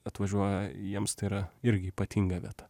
atvažiuoja jiems tai yra irgi ypatinga vieta